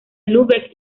lübeck